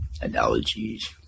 analogies